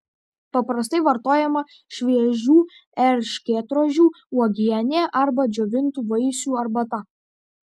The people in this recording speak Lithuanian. paprastai vartojama šviežių erškėtrožių uogienė arba džiovintų vaisių arbata